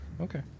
okay